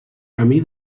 camí